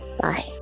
bye